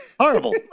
Horrible